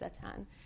Satan